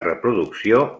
reproducció